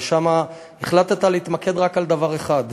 ושם החלטת להתמקד רק בדבר אחד,